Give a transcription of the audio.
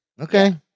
Okay